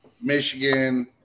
Michigan